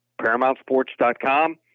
ParamountSports.com